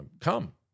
come